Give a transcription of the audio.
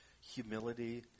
humility